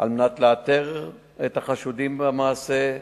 כדי לאתר את החשודים במעשה.